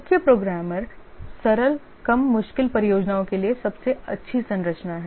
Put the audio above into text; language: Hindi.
मुख्य प्रोग्रामर सरल कम मुश्किल परियोजनाओं के लिए सबसे अच्छी संरचना है